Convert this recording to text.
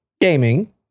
Gaming